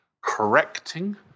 correcting